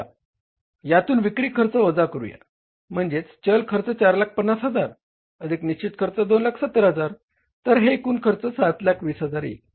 आता यातून विक्री खर्च वजा करूया म्हणजेच चल खर्च 450000 अधिक निश्चित खर्च 270 000 तर हे एकूण खर्च 720000 येईल